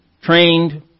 trained